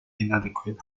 inadequate